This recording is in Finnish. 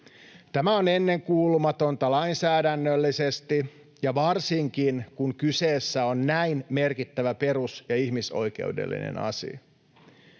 Tämä on ennenkuulumatonta lainsäädännöllisesti varsinkin, kun kyseessä on näin merkittävä perus- ja ihmisoikeudellinen asia.